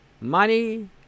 Money